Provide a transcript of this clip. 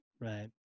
right